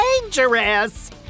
dangerous